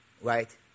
right